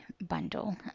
bundle